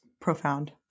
profound